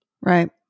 Right